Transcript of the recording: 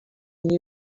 new